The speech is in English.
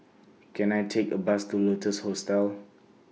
Can I Take A Bus to Lotus Hostel